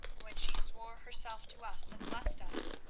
when she swore herself to us and blessed us,